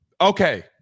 Okay